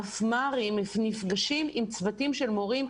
מפמ"רים נפגשים עם צוותים של מורים.